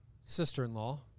sister-in-law